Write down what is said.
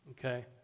Okay